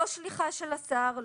לא שליחה של השר,